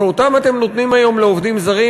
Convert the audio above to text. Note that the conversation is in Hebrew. שאותם אתם נותנים היום לעובדים זרים,